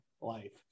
life